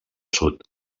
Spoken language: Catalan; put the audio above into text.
sud